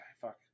fuck